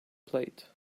plate